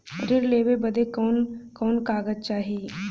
ऋण लेवे बदे कवन कवन कागज चाही?